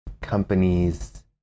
companies